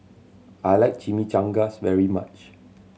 I like Chimichangas very much